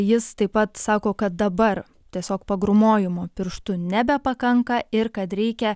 jis taip pat sako kad dabar tiesiog pagrūmojimo pirštu nebepakanka ir kad reikia